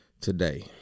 today